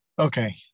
Okay